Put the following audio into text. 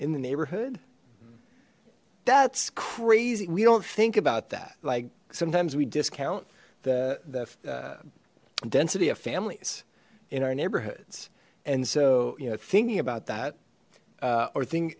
in the neighborhood that's crazy we don't think about that like sometimes we discount the the density of families in our neighborhoods and so you know thinking about that uh or thing